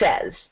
says